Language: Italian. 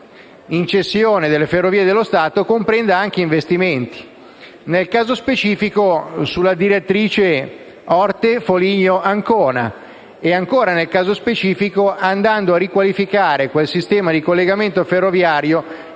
in cessione delle Ferrovie dello Stato, comprenda anche investimenti sulla direttrice Orte-Foligno-Ancona e, ancora, nel caso specifico, andando a riqualificare il sistema di collegamento ferroviario